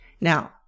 Now